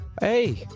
Hey